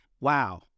wow